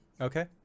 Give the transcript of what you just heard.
Okay